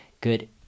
good